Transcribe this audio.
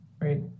Great